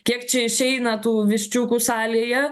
kiek čia išeina tų viščiukų salėje